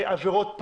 עבירות פע"ר,